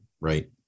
right